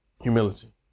Humility